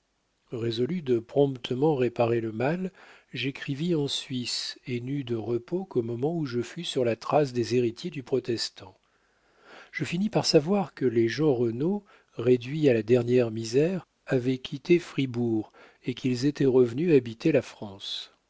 résolu de promptement réparer le mal j'écrivis en suisse et n'eus de repos qu'au moment où je fus sur la trace des héritiers du protestant je finis par savoir que les jeanrenaud réduits à la dernière misère avaient quitté fribourg et qu'ils étaient revenus habiter la france